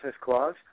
Clause